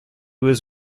was